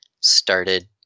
started